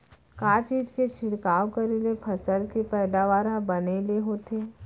का चीज के छिड़काव करें ले फसल के पैदावार ह बने ले होथे?